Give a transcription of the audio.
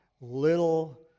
Little